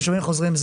התושבים החוזרים,